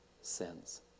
sins